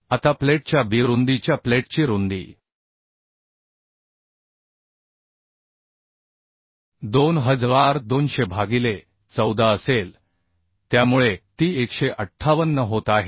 आता प्लेटच्या b रुंदीच्या प्लेटची रुंदी 2200 भागिले 14 असेल त्यामुळे ती 158 होत आहे